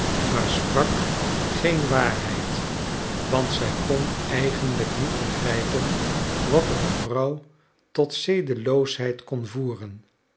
maar sprak geen waarheid want zij kon eigenlijk niet begrijpen wat een vrouw tot zedeloosheid kon voeren